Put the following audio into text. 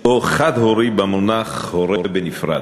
או "חד-הורי" במונח "הורה בנפרד".